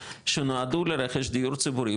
שנועדו לרכש דיור ציבורי,